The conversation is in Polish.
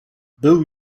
był